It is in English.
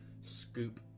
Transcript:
scoop